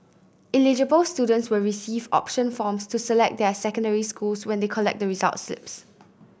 eligible students will receive option forms to select their secondary schools when they collect the results slips